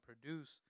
produce